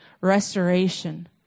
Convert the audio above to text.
restoration